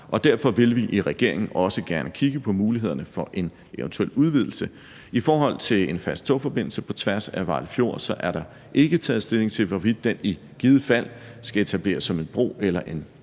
derfor vil vi i regeringen også gerne kigge på mulighederne for en eventuel udvidelse. I forhold til en fast togforbindelse på tværs af Vejle Fjord er der ikke taget stilling til, hvorvidt den i givet fald skal etableres som en bro eller en